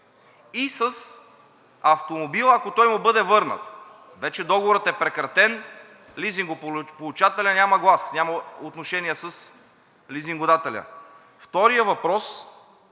и с автомобила, ако той му бъде върнат. Вече договорът е прекратен, лизингополучателят няма глас, няма отношение с лизингодателя. Вторият въпрос,